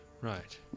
Right